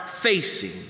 facing